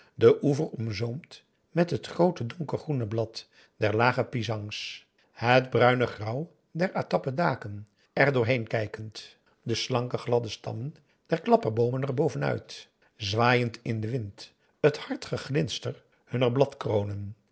de oever omzoomd met het groote donkergroene blad der lage pisangs het bruinig grauw der atappen daken er doorheen kijkend de slanke gladde stammen der klapperboomen erboven uit zwaaiend in den wind het hard geglinster hunner bladkronen